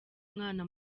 umwana